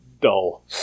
Dull